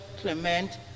Clement